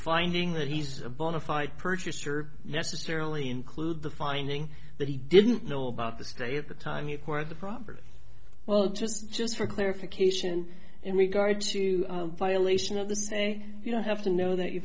finding that he's a bona fide purchaser necessarily include the finding that he didn't know about the stay at the time you were at the property well just just for clarification in regard to violation of the say you know have to know that you